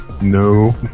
No